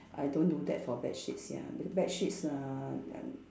I don't do that for bedsheets ya b~ bedsheets uh an~